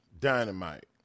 Dynamite